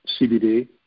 CBD